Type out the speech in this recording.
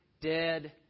dead